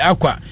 Aqua